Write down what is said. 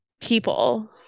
people